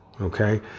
okay